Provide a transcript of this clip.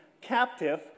captive